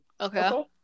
Okay